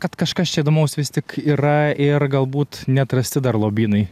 kad kažkas čia įdomaus vis tik yra ir galbūt neatrasti dar lobynai